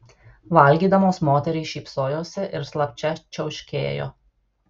valgydamos moterys šypsojosi ir slapčia čiauškėjo